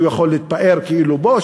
שהוא יכול להתפאר בו,